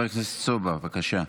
חבר הכנסת סובה, בבקשה.